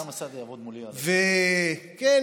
כן,